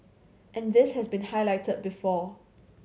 and this has been highlighted before